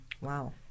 Wow